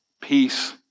peace